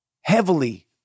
heavily